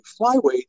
flyweight